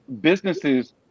businesses